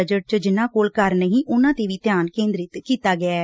budget ਚ ਜਿੰਨਾ ਕੋਲ ਘਰ ਨਹੀਂ ਉਨੂਾਂ ਤੇ ਵੀ ਧਿਆਨ ਕੇ ਂਦਰਿਤ ਕੀਤਾ ਗਿਐ